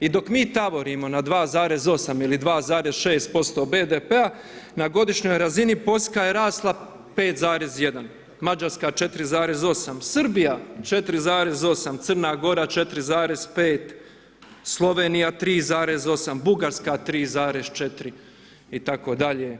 I dok mi taborimo na 2,8 ili 2,6% BDP-a na godišnjoj razini Poljska je rasla 5,1, Mađarska 4,8, Srbija 4,8 Crna Gora 4,5 Slovenija 3,8 Bugarska 3,4 itd.